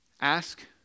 Ask